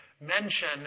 mention